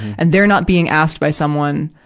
and they're not being asked by someone,